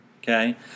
okay